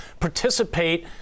participate